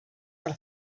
per